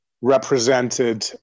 represented